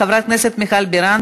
חברת הכנסת מיכל בירן,